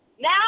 Now